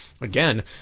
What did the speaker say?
Again